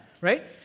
right